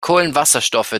kohlenwasserstoffe